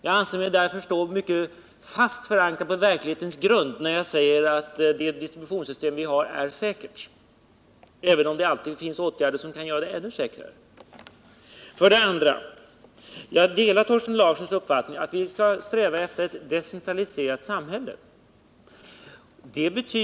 Jag anser mig därför stå mycket fast på verklighetens grund när jag säger att det distributionssystem som vi har är säkert även om det alltid finns åtgärder som kan göra det ännu säkrare. 2. Jag delar Thorsten Larssons uppfattning att vi skall sträva efter ett decentraliserat samhälle.